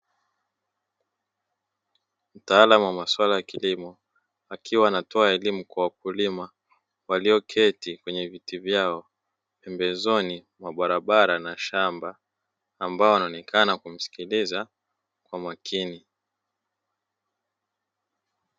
Mtaalamu wa maswala ya kilimo, akiwa anatoa elimu kwa wakulima walioketi kwenye viti vyao pembezoni mwa barabara na shamba ambao wanaonekana kumsikiliza kwa makini.